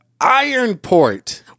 Ironport